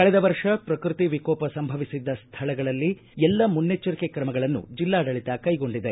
ಕಳೆದ ವರ್ಷ ಪ್ರಕೃತಿ ವಿಕೋಪ ಸಂಭವಿಸಿದ್ದ ಸ್ಥಳಗಳಲ್ಲಿ ಎಲ್ಲಾ ಮುನ್ನೆಚ್ಚರಿಕೆ ಕ್ರಮಗಳನ್ನು ಜಿಲ್ಲಾಡಳಿತ ಕೈಗೊಂಡಿದೆ